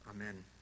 Amen